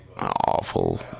awful